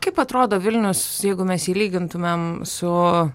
kaip atrodo vilnius jeigu mes jį lygintumėm su